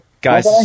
Guys